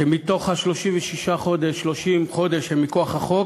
שמתוך 36 החודשים, 30 חודש הם מכוח החוק